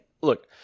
look